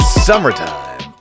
summertime